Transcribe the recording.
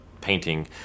painting